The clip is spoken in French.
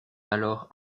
alors